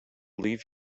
leave